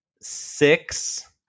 six